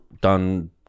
done